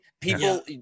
People